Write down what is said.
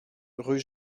rue